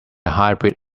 hybrid